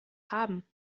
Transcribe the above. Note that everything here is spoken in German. haben